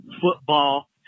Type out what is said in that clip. football